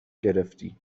گرفتی